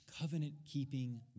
covenant-keeping